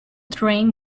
train